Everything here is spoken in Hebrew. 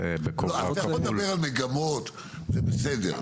אתה יכול לדבר על מגמות זה בסדר,